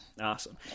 Awesome